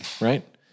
right